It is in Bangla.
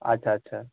আচ্ছা আচ্ছা